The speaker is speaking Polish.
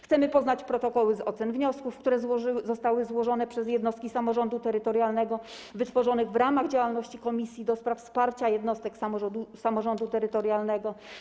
Chcemy poznać protokoły ocen wniosków, które zostały złożone przez jednostki samorządu terytorialnego, sformułowanych w ramach działalności Komisji do Spraw Wsparcia Jednostek Samorządu Terytorialnego.